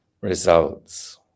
results